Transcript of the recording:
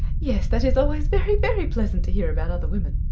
yes, that is always very, very pleasant to hear about other women.